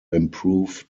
improve